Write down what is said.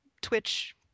Twitch